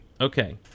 Okay